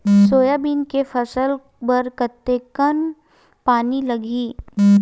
Soybean के फसल बर कतेक कन पानी लगही?